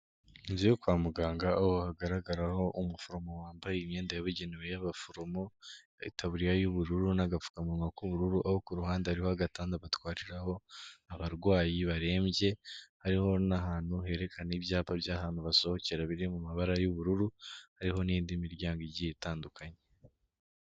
Inzu yo kwa muganga aho hagaragaraho umuforomo wambaye imyenda yabugenewe y'abaforomo itaburiya y'ubururu n'agapfukamunwa k'ubururu aho ku ruhande ari ku gatanda batwariraho abarwayi barembye hariho n'ahantu herekana ibyapa by'ahantu basohokera biri mu mabara y'ubururu hariho n'indi miryango igiye itandukanye.